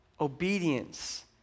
obedience